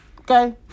Okay